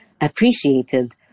appreciated